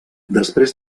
després